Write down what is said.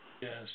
Yes